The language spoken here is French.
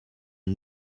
une